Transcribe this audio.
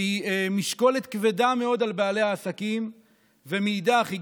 שהיא משקולת כבדה מאוד על בעלי העסקים ומאידך היא